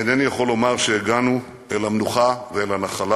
אינני יכול לומר שהגענו אל המנוחה ואל הנחלה.